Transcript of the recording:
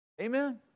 Amen